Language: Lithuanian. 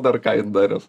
dar ką jin daris